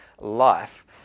life